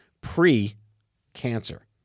Pre-cancer